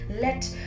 let